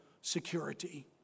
security